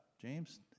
James